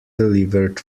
delivered